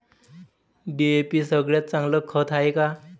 DAP सगळ्यात चांगलं खत हाये का?